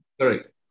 correct